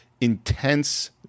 intense